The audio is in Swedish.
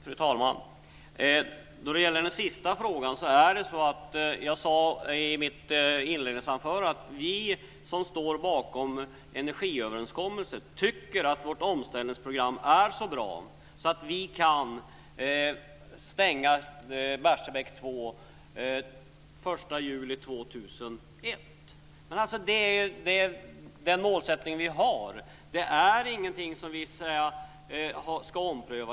Fru talman! Då det gäller den sista frågan sade jag i mitt inledningsanförande att vi som står bakom energiöverenskommelsen tycker att vårt omställningsprogram är så bra att vi kan stänga Barsebäck 2 den 1 juli 2001. Det är den målsättning vi har. Det är ingenting som vi ska ompröva.